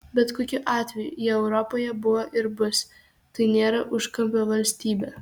bet kokiu atveju jie europoje buvo ir bus tai nėra užkampio valstybė